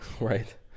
right